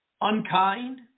unkind